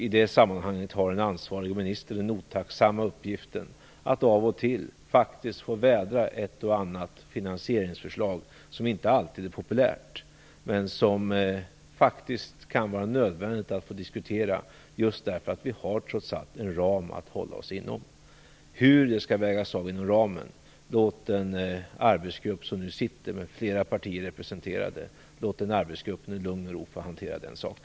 I det sammanhanget har den ansvariga ministern den otacksamma uppgiften att av och till få vädra ett eller annat finansieringsförslag som inte är populärt men som det faktiskt kan vara nödvändigt att diskutera därför att vi trots allt har en ram att hålla oss inom. Vad gäller frågan hur det skall vägas av inom ramen vill jag säga: Låt den sittande arbetsgruppen, där flera partier är representerade, i lugn och ro få hantera den saken.